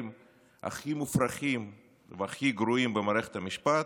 הכי מופרכים והכי גרועים במערכת המשפט,